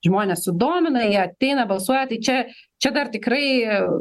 žmones sudomina jie ateina balsuoja tai čia čia dar tikrai